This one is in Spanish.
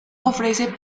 ofrece